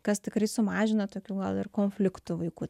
kas tikrai sumažina tokių gal ir konfliktų vaikų